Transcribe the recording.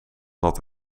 dat